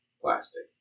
plastic